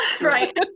right